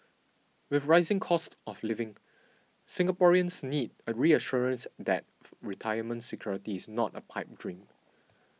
with rising costs of living Singaporeans need a reassurance that retirement security is not a pipe dream